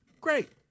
great